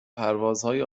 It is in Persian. پروازهای